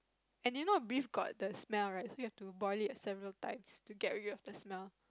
and then you know beef got the smell right so you have boil it several times to get rid of the smell